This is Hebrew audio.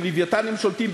ב"לווייתן" הם שולטים,